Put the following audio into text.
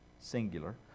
Singular